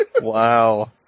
Wow